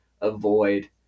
avoid